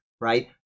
right